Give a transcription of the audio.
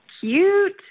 cute